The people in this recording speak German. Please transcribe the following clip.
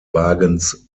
wagens